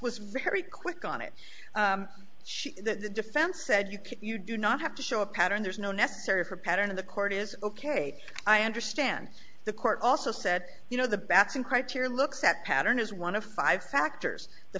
was very quick on it she that the defense said you can you do not have to show a pattern there's no necessary for pattern of the court is ok i understand the court also said you know the batson criteria look set pattern is one of five factors the